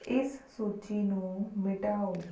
ਇਸ ਸੂਚੀ ਨੂੰ ਮਿਟਾਓ